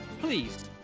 please